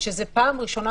כשזה קרה בפעם הראשונה,